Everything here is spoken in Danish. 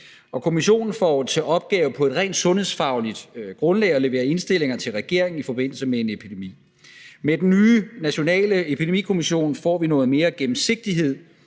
kommissionen får til opgave på et rent sundhedsfagligt grundlag at levere indstillinger til regeringen i forbindelse med en epidemi. Med den nye nationale epidemikommission får vi noget mere gennemsigtighed,